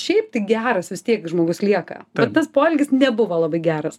šiaip tik geras vis tiek žmogus lieka tas poelgis nebuvo labai geras